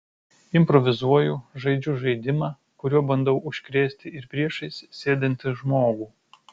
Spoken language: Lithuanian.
improvizuoju žaidžiu žaidimą kuriuo bandau užkrėsti ir priešais sėdintį žmogų